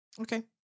Okay